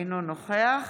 אינו נוכח